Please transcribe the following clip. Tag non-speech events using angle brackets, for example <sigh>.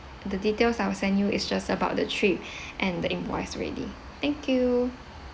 the details I'll send you is just about the trip <breath> and the invoice already thank you